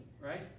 right